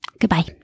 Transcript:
Goodbye